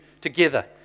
together